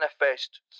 manifest